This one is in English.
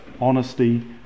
honesty